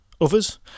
Others